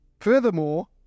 Furthermore